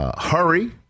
hurry